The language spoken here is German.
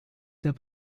der